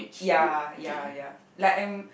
ya ya ya like I'm